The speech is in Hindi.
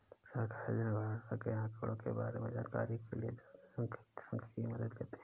सरकार जनगणना के आंकड़ों के बारें में जानकारी के लिए सांख्यिकी की मदद लेते है